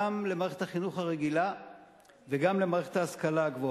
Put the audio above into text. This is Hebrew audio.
גם למערכת החינוך הרגילה וגם למערכת ההשכלה הגבוהה.